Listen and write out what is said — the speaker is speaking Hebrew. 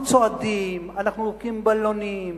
אנחנו צועדים, אנחנו לוקחים בלונים,